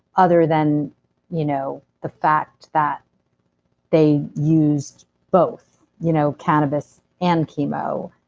other than you know the fact that they used both, you know cannabis and chemo.